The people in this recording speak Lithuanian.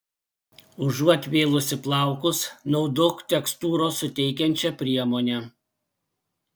užuot vėlusi plaukus naudok tekstūros suteikiančią priemonę